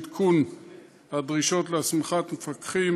עדכון הדרישות להסמכת מפקחים,